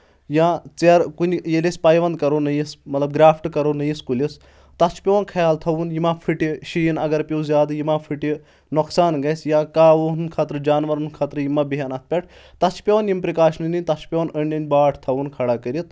یا ژیرٕ کُنہِ ییٚلہِ أسۍ پایونٛد کَرو نٔیِس مطلب گرٛافٹ کرو نٔیِس کُلِس تَتھ چھُ پیوان خیال تھاوُن پھٔٹہِ شیٖن اگر پیٚو زیادٕ یِم پھٔٹہِ نۄقصان گژھِ یا کاوو ہُنٛد خٲطرٕ جاناوارَن خٲطرٕ یِم بیٚہن اَتھ پؠٹھ تَتھ چھِ پؠوَان یِم پرکاشنٕے نِنۍ تَتھ چھِ پؠوَان أندۍ أنٛدۍ باٹھ تھاوُن کھڑا کٔرِتھ